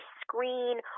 screen